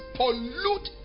pollute